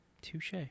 Touche